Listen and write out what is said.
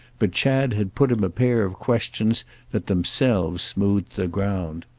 but chad had put him a pair of questions that themselves smoothed the ground.